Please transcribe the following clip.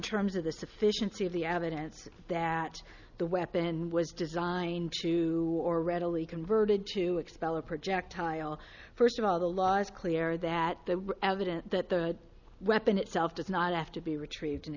terms of the sufficiency of the evidence that the weapon was designed to or readily converted to expel a projectile first of all the law is clear that the evidence that the weapon itself does not have to be retrieved and